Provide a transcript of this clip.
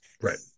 Right